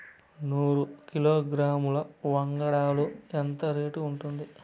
నూరు కిలోగ్రాముల వంగడాలు ఎంత రేటు ఉంటుంది?